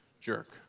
jerk